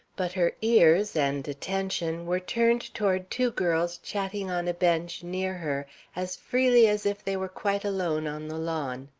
but her ears, and attention, were turned toward two girls chatting on a bench near her as freely as if they were quite alone on the lawn.